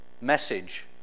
message